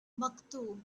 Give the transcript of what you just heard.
maktub